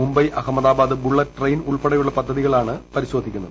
Mumbai Ahmedabad bullet train ഉൾപ്പെടെയുള്ള പദ്ധതികളാണ് പരിശോധിക്കുന്നത്